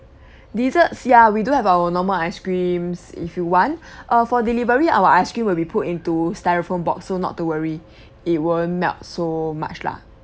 desserts ya we do have our normal ice creams if you want uh for delivery our ice cream will be put into styrofoam box so not to worry it won't melt so much lah